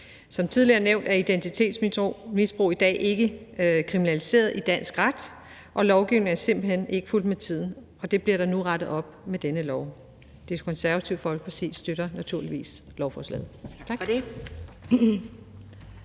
Som tidligere nævnt er identitetsmisbrug i dag ikke kriminaliseret i dansk ret, og lovgivningen er simpelt hen ikke fulgt med tiden, men det bliver der nu rettet op på med denne lov. Det Konservative Folkeparti støtter naturligvis lovforslaget.